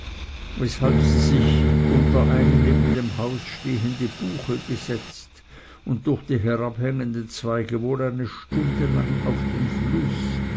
weshalb sie sich unter eine neben dem hause stehende buche gesetzt und durch die herabhängenden zweige wohl eine stunde lang auf den fluß